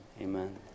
Amen